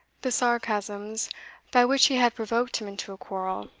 the sarcasms by which he had provoked him into a quarrel,